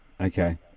Okay